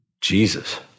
Jesus